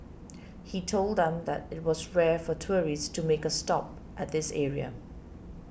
he told them that it was rare for tourists to make a stop at this area